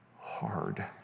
Hard